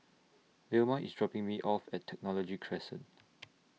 Velma IS dropping Me off At Technology Crescent